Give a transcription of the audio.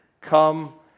come